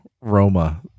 Roma